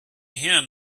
him